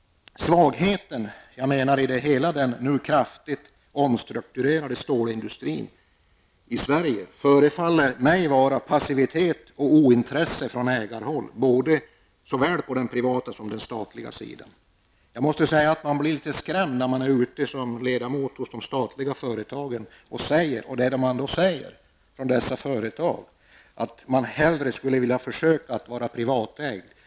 Svagheten i den kraftigt omstrukturerade stålindustrin i Sverige förefaller vara passiviteten och ointresset från ägarhåll på såväl den privata som den statliga sidan. Man blir litet skrämd när man som riksdagsledamot besöker de statliga företagen och hör representanter för dem säga att det kanske vore bättre om företaget i fråga vore privatägt.